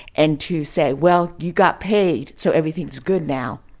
and to say, well, you got paid so everything's good now,